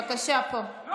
אני מבינה אותך, אבל,